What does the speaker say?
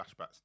flashbacks